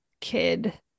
kid